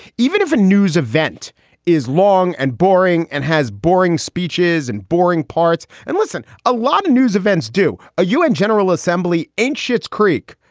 even if a news event is long and boring and has boring speeches and boring parts and listen, a lot of news events do. a u n. general assembly ain't schitt's creek.